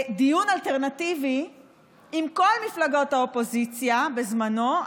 דיון אלטרנטיבי עם כל מפלגות האופוזיציה בזמנו.